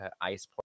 Ice